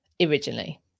originally